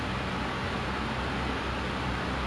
like first like I try to wake up at nine